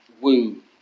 Woo